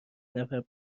نفر